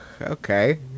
Okay